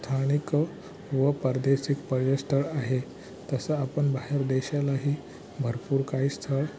स्थानिक व परदेशिक पर्यस्थळ आहे तसं आपण बाहेर देशालाही भरपूर काही स्थळ